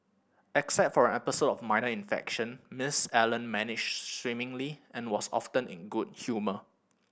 except for an episode of minor infection Miss Allen managed swimmingly and was often in good humour